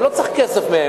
אני לא צריך כסף מהם.